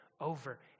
over